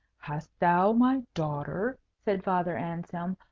hast thou, my daughter, said father anselm,